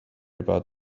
about